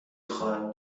خواهم